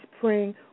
praying